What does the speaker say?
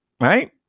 right